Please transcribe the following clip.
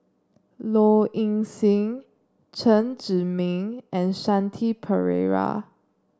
Low Ing Sing Chen Zhiming and Shanti Pereira